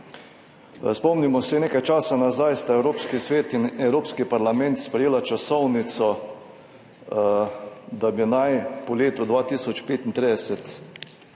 Spomnimo se, nekaj časa nazaj sta Evropski svet in Evropski parlament sprejela časovnico, da bi naj po letu 2035